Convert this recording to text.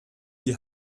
die